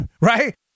right